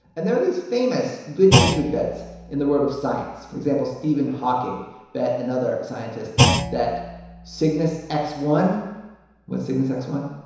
and there are these famous good-natured bets in the world of science. for example, stephen hawking bet another scientist that cygnus x one what's cygnus x one?